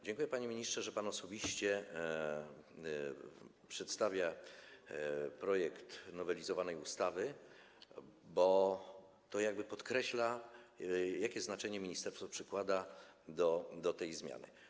Dziękuję, panie ministrze, że pan osobiście przedstawia projekt nowelizowanej ustawy, bo to podkreśla, jakie znaczenie ministerstwo przypisuje tej zmianie.